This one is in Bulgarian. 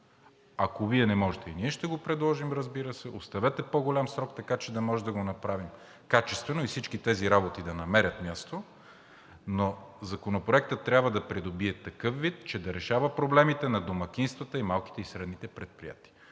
ако Вие не можете, ние ще го предложим, разбира се, оставете по-голям срок, така че да може да го направим качествено и всички тези работи да намерят място. Но Законопроектът трябва да придобие такъв вид, че да решава проблемите на домакинствата, малките и средните предприятия.